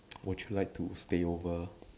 would you like to stay over